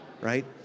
right